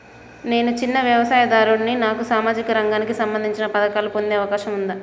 నేను చిన్న వ్యవసాయదారుడిని నాకు సామాజిక రంగానికి సంబంధించిన పథకాలు పొందే అవకాశం ఉందా?